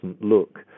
look